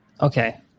Okay